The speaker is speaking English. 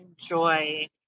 enjoy